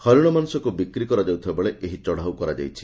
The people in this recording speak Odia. ହରିଶ ମାଂସକୁ ବିକ୍ରି କରାଯାଉଥିବାବେଳେ ଏହି ଚଢ଼ଉ କରାଯାଇଛି